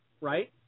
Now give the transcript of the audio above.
Right